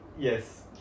yes